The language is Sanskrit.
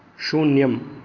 शून्यम्